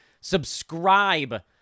subscribe